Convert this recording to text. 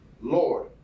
Lord